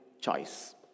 choice